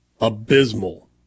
abysmal